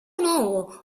know